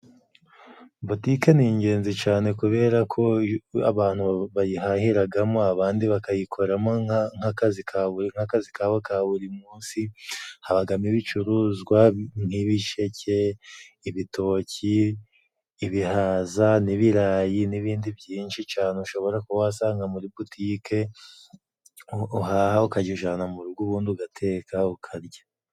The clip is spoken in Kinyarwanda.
Butike ni ingenzi cane kubera ko abantu bayihahiragamo, abandi bakayikoramo nk'akazi ka buri, nk'akazi kabo ka buri munsi. Habagamo ibicuruzwa nk'ibisheke, ibitoki, ibihaza n'ibirayi n'ibindi byinshi cane ushobora kuba wasanga muri butike uhaha ukakijana mu rugo, ubundi ugateka ukarya.